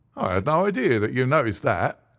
i had no idea that you noticed that,